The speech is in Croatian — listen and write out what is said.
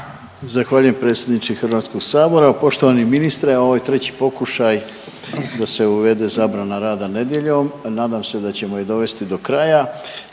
Zahvaljujem predsjedniče HS. Poštovani ministre, ovo je treći pokušaj da se uvede zabrana rada nedjeljom, nadam se da ćemo je dovesti do kraja